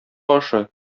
ашы